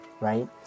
right